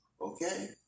Okay